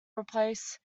replace